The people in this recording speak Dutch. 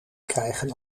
krijgen